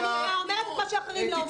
אני אומרת את מה שאחרים לא אומרים.